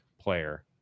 player